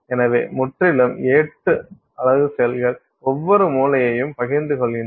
எனவே முற்றிலும் 8 அலகு செல்கள் ஒவ்வொரு மூலையையும் பகிர்ந்து கொள்கின்றன